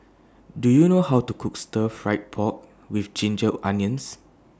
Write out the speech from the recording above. Do YOU know How to Cook Stir Fried Pork with Ginger Onions